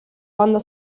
banda